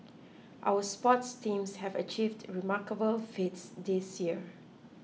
our sports teams have achieved remarkable feats this year